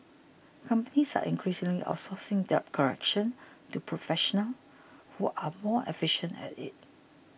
companies are increasingly outsourcing debt collection to professionals who are more efficient at it